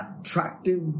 attractive